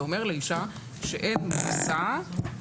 אתה אומר לאישה שאין מכסה ואין מענה.